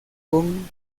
con